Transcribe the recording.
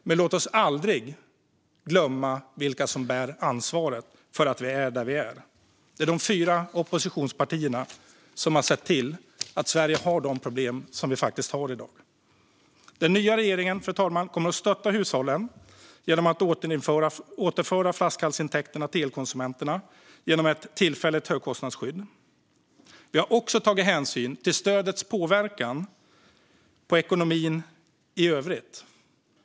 Men låt oss aldrig glömma vilka som bär ansvaret för att vi är där vi är. Det är de fyra oppositionspartierna som har sett till att Sverige har de problem som vi faktiskt har i dag. Den nya regeringen kommer att stötta hushållen genom att återinföra flaskhalsintäkterna till elkonsumenterna genom ett tillfälligt högkostnadsskydd. Vi har också tagit hänsyn till stödets påverkan på ekonomin i övrigt.